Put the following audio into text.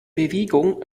bewegung